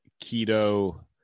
keto